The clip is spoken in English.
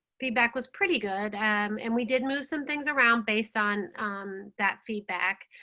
feedback was pretty good. um and we did move some things around based on that feedback,